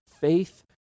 faith